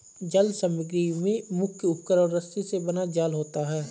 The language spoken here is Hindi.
जल समग्री में मुख्य उपकरण रस्सी से बना जाल होता है